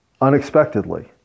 unexpectedly